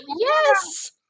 Yes